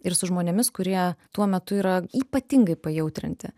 ir su žmonėmis kurie tuo metu yra ypatingai pajautrinti